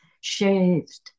shaved